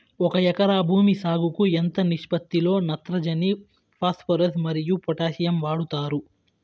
ఒక ఎకరా భూమి సాగుకు ఎంత నిష్పత్తి లో నత్రజని ఫాస్పరస్ మరియు పొటాషియం వాడుతారు